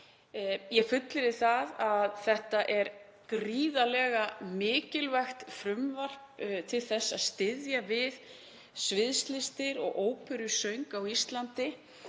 Ég fullyrði að þetta er gríðarlega mikilvægt frumvarp til þess að styðja við sviðslistir og óperusöng á Íslandi.